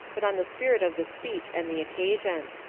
but on the spirit of the speech and the occasion.